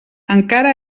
encara